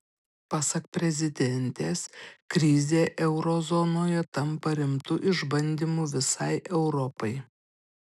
pasak prezidentės krizė euro zonoje tampa rimtu išbandymu visai europai